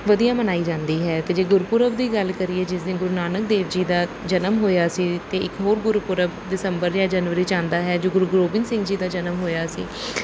ਵਧੀਆ ਮਨਾਈ ਜਾਂਦੀ ਹੈ ਅਤੇ ਜੇ ਗੁਰਪੁਰਬ ਦੀ ਗੱਲ ਕਰੀਏ ਜਿਸ ਦਿਨ ਗੁਰੂ ਨਾਨਕ ਦੇਵ ਜੀ ਦਾ ਜਨਮ ਹੋਇਆ ਸੀ ਅਤੇ ਇੱਕ ਹੋਰ ਗੁਰਪੁਰਬ ਦਸੰਬਰ ਜਾਂ ਜਨਵਰੀ 'ਚ ਆਉਂਦਾ ਹੈ ਜੋ ਗੁਰੂ ਹੁਰੂ ਗੋਬਿੰਦ ਸਿੰਘ ਜੀ ਦਾ ਜਨਮ ਹੋਇਆ ਸੀ